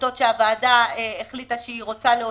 עמותות שהוועדה החליטה שהיא רוצה להוציא,